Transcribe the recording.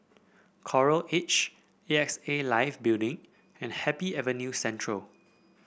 Coral Edge A X A Life Building and Happy Avenue Central